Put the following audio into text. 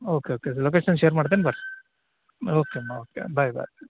okay okay location share ಮಾಡ್ತೇನೆ ಬನ್ರಿ okay ಮಾ ಓಕೆ ಬಾಯ್ ಬಾಯ್